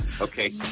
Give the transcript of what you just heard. okay